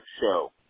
show